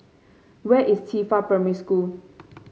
where is Qifa Primary School